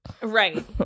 right